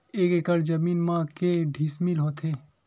एक एकड़ जमीन मा के डिसमिल होथे?